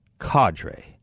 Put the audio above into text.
Cadre